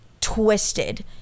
twisted